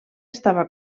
estava